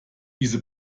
diese